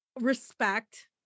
respect